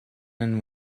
and